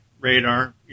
Radar